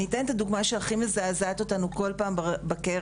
אני אתן את הדוגמה שהכי מזעזעת אותנו כל פעם בקרן,